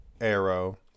Arrow